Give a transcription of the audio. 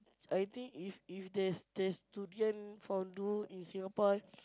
I think if if there's there's durian fondue in Singapore